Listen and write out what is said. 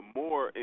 more